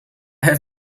have